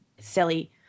silly